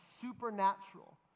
supernatural